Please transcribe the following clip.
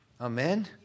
Amen